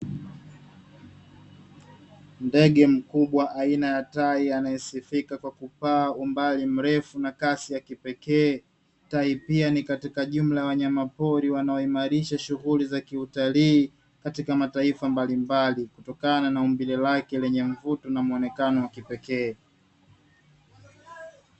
Ndege mkubwa aina ya tai anaesifika kwa kupaa umbali mrefu na kasi ya kipekee, tai pia ni katika jumla ya wanyamapori wanaoimarisha shughuli za kiutalii katika mataifa mbalimbali, kutokana na umbile lake lenye mvuto na muonekano wa kipekee.